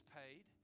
paid